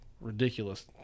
ridiculous